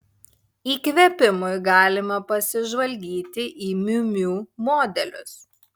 įkvėpimui galima pasižvalgyti į miu miu modelius